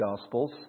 Gospels